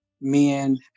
men